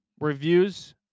reviews